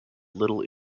little